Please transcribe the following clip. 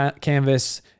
canvas